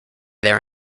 their